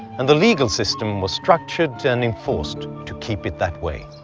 and the legal system was structured and enforced to keep it that way.